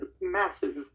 massive